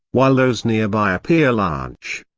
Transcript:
while those nearby appear large.